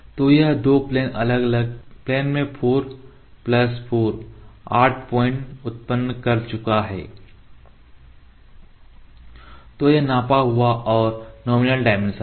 तो यह दो अलग अलग प्लेन में 4 प्लस 4 8 पॉइंट बिंदु उत्पन्न कर चुका है तो यह नापा हुआ और नॉमिनल डायमेंशन है